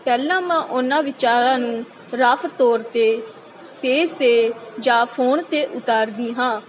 ਪਹਿਲਾਂ ਮੈਂ ਉਹਨਾਂ ਵਿਚਾਰਾਂ ਨੂੰ ਰਫ਼ ਤੌਰ 'ਤੇ ਪੇਜ 'ਤੇ ਜਾਂ ਫੋਨ 'ਤੇ ਉਤਾਰਦੀ ਹਾਂ